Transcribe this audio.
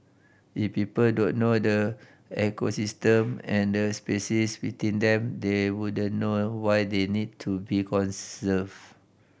if people don't know the ecosystem and the species within them they wouldn't know why they need to be conserved